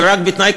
אבל רק בתנאי,